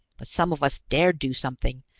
but some of us dare do something,